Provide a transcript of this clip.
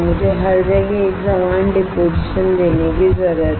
मुझे हर जगह एक समान डिपोजिशन देने की जरूरत है